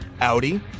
Audi